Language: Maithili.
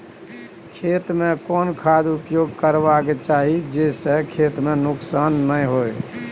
खेत में कोन खाद उपयोग करबा के चाही जे स खेत में नुकसान नैय होय?